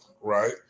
right